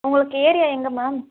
உங்களுக்கு ஏரியா எங்கே மேம்